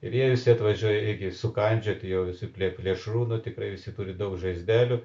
ir jie visi atvažiuoja irgi sukandžioti jau visi plėšrūnų tikrai visi turi daug žaizdelių